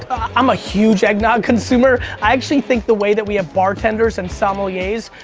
i'm a huge eggnog consumer. i actually think, the way that we have bartenders and sommeliers,